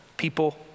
People